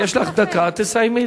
יש לך דקה, תסיימי.